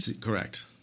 Correct